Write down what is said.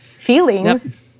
feelings